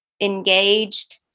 engaged